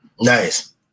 Nice